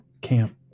camp